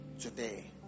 today